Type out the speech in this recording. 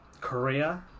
Korea